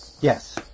Yes